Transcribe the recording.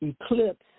eclipse